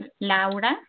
Laura